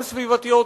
גם סביבתיות,